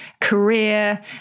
career